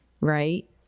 right